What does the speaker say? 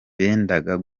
gusubira